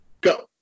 Go